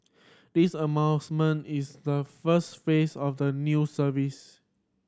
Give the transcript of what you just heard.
this announcement is the first phase of the new service